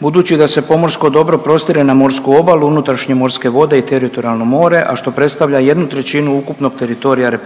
budući da se pomorsko dobro prostire na morsku obalu, unutrašnje morske vode i teritorijalno more, a što predstavlja jednu trećinu ukupnog teritorija RH.